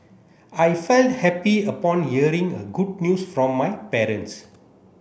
I felt happy upon hearing a good news from my parents